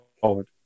forward